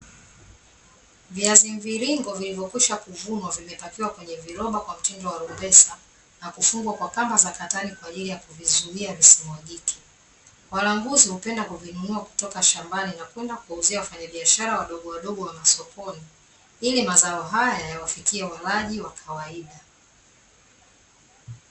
Viazi mviringo vilivyokwisha kuvunwa vimepakiwa kwenye viroba kwa mtindo wa rumbesa na kufungwa kwa kamba za katani kwa ajili ya kuvizuia visimwagike. Walanguzi hupenda kuvinunua kutoka shambani na kwenda kuwauzia wafanyabiashara wadogo wadogo wa masokoni ili mazao haya yawafikie walaji wa kawaida.